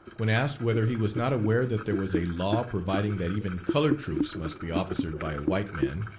when asked whether he was not aware that there was a law providing that even colored troops must be officered by white men,